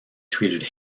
treated